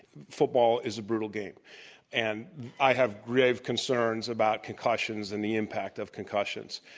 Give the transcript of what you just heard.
football is a brutal game and i have grave concerns about concussions and the impact of concussions.